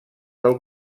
del